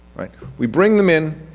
we bring them in,